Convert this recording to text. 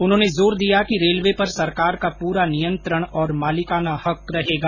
उन्होंने जोर दिया कि रेलवे पर सरकार का पूरा नियंत्रण और मालिकाना हक रहेगा